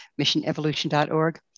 missionevolution.org